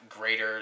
greater